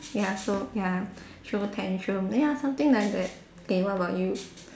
ya so ya show tantrum ya something like that K what about you